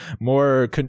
more